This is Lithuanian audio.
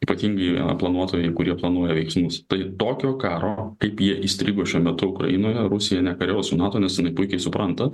ypatingai planuotojai kurie planuoja veiksmus tai tokio karo kaip jie įstrigo šiuo metu ukrainoje rusija nekariaus su nato nes puikiai supranta